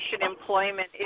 employment